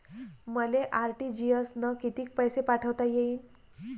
मले आर.टी.जी.एस न कितीक पैसे पाठवता येईन?